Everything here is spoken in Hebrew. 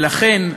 ולכן,